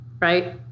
right